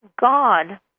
God